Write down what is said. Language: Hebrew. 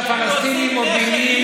שהפלסטינים מובילים,